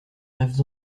rêves